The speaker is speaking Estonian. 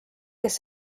kes